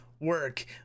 work